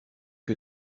que